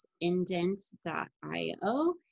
indent.io